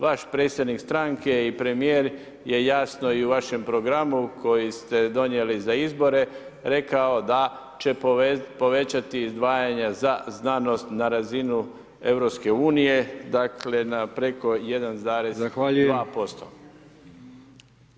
Vaš predsjednik stranke i premjer je jasno i u vašem programu koji ste donijeli za izbore rekao da će povećati izdvajanje za znanost na razinu EU, dakle, na preko 1,2%